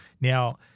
Now